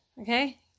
okay